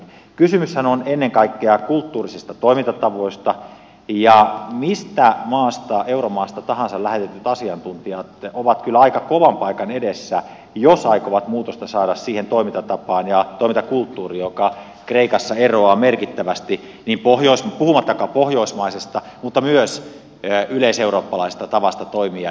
kysymyshän on ennen kaikkea kulttuurisista toimintatavoista ja mistä euromaasta tahansa lähetetyt asiantuntijat ovat kyllä aika kovan paikan edessä jos aikovat muutosta saada siihen toimintatapaan ja toimintakulttuuriin joka kreikassa eroaa merkittävästi puhumattakaan pohjoismaisesta mutta myös yleiseurooppalaisesta tavasta toimia